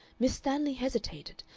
miss stanley hesitated,